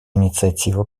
инициатива